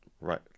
right